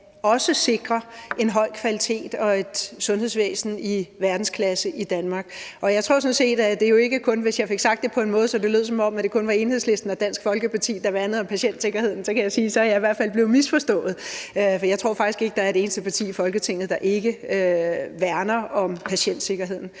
også kan sikre en høj kvalitet og et sundhedsvæsen i verdensklasse i Danmark. Og hvis jeg fik sagt det på en måde, så det lød, som om det kun var Enhedslisten og Dansk Folkeparti, der værner om patientsikkerheden, kan jeg sige, at jeg i hvert fald er blevet misforstået, for jeg tror faktisk ikke, der er et eneste parti i Folketinget, der ikke værner om patientsikkerheden.